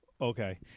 Okay